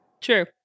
True